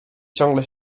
ciągle